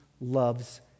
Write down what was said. loves